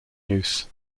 use